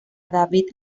david